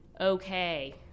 okay